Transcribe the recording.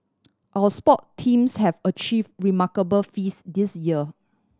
our sport teams have achieve remarkable feats this year